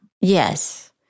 Yes